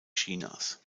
chinas